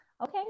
Okay